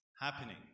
happening